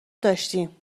داشتیم